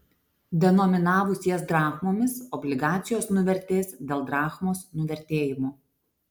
denominavus jas drachmomis obligacijos nuvertės dėl drachmos nuvertėjimo